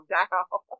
down